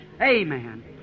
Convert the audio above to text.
Amen